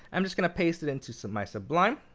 i'm just going to paste it into so and my sublime.